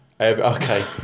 okay